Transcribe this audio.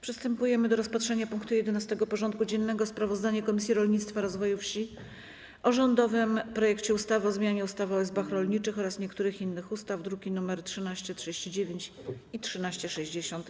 Przystępujemy do rozpatrzenia punktu 11. porządku dziennego: Sprawozdanie Komisji Rolnictwa i Rozwoju Wsi o rządowym projekcie ustawy o zmianie ustawy o izbach rolniczych oraz niektórych innych ustaw (druki nr 1339 i 1360)